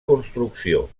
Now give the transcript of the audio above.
construcció